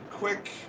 Quick